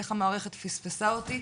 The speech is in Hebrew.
'איך המערכת פספסה אותי?'